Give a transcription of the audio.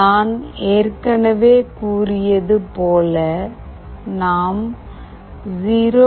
நான் ஏற்கனவே கூறியது போல நாம் 0